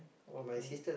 working